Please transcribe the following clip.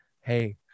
hey